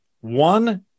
one